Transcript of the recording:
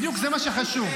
בדיוק, זה מה שחשוב.